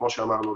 כמו שאמרנו,